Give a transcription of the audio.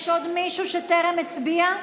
יש עוד מישהו שטרם הצביע?